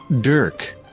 Dirk